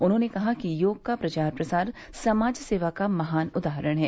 उन्होंने कहा कि योग का प्रचार प्रसार समाज सेवा का महान उदाहरण है